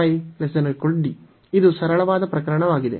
ಇದು ಸರಳವಾದ ಪ್ರಕರಣವಾಗಿದೆ